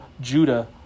Judah